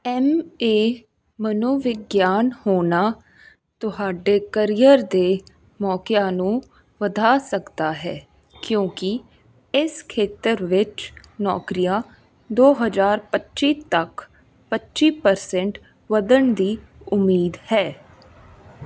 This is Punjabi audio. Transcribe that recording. ਐੱਮ ਏ ਮਨੋਵਿਗਿਆਨ ਹੋਣਾ ਤੁਹਾਡੇ ਕਰੀਅਰ ਦੇ ਮੌਕਿਆਂ ਨੂੰ ਵਧਾ ਸਕਦਾ ਹੈ ਕਿਉਂਕਿ ਇਸ ਖੇਤਰ ਵਿੱਚ ਨੌਕਰੀਆਂ ਦੋ ਹਜ਼ਾਰ ਪੱਚੀ ਤੱਕ ਪੱਚੀ ਪਰਸੈਂਟ ਵਧਣ ਦੀ ਉਮੀਦ ਹੈ